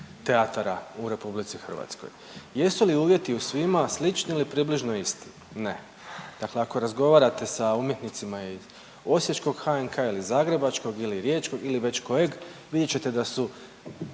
teatara u Republici Hrvatskoj. Jesu li uvjeti u svima slični ili približno isti? Ne. Dakle ako razgovarate sa umjetnicima iz osječkog HNK-a, ili zagrebačkog, ili riječkog ili već kojeg vidjet ćete da su